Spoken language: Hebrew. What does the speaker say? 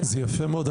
זה יפה מאוד.